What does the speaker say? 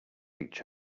each